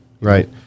Right